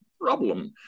problem